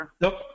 Nope